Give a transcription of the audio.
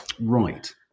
Right